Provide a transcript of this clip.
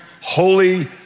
holy